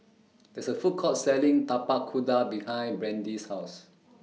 There IS A Food Court Selling Tapak Kuda behind Brandi's House